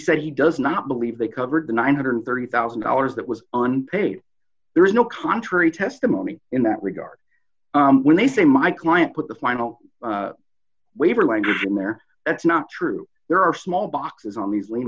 said he does not believe they covered the one hundred and thirty thousand dollars that was on paid there is no contrary testimony in that regard when they say my client put the final waiver language in there that's not true there are small boxes on these le